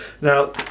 Now